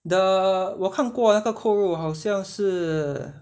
the 我看过那个扣肉好像是